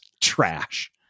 trash